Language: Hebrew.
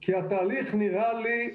כי התהליך נראה לי,